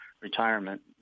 retirement